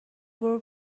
برو